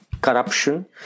corruption